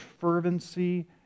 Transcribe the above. fervency